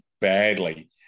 badly